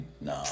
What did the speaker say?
No